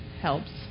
helps